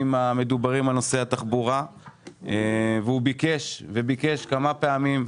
מדובר באיגום משאבים, אין פה איזה הפסד.